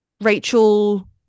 Rachel